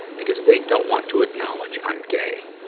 because they don't want to acknowledge i'm gay.